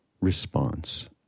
response